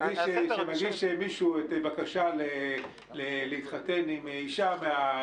כשמישהו מגיש בקשה להתחתן עם אישה,